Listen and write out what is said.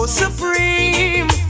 supreme